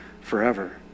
forever